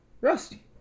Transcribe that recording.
Rusty